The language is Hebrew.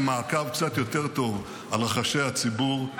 מעקב קצת יותר טוב על רחשי הציבור.